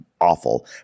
awful